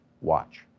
watch